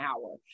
hour